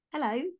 hello